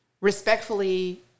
respectfully